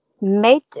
made